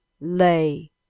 Lay